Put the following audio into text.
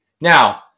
Now